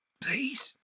Please